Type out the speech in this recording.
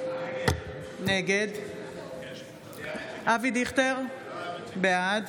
נגד אבי דיכטר, בעד